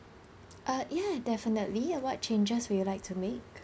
uh ya definitely uh what changes would you like to make